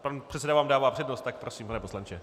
Pan předseda vám dává přednost, tak prosím, pane poslanče.